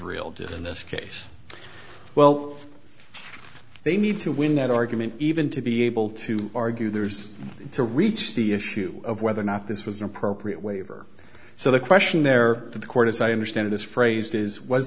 did in this case well they we need to win that argument even to be able to argue there's to reach the issue of whether or not this was an appropriate waiver so the question there the court as i understand it is phrased is was